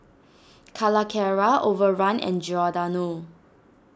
Calacara Overrun and Giordano